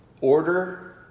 Order